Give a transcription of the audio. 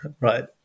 right